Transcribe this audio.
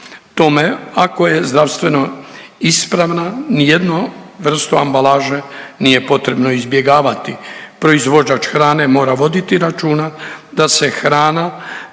tome, ako je zdravstveno ispravna ni jednu vrstu ambalaže nije potrebno izbjegavati. Proizvođač hrane mora voditi računa da se hrana